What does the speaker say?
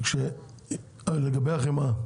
לגבי החמאה,